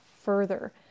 further